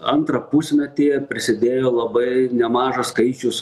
antrą pusmetį prisidėjo labai nemažas skaičius